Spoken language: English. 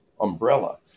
umbrella